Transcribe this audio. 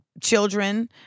children